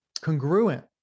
congruent